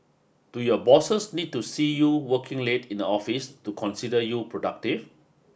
do your bosses need to see you working late in the office to consider you productive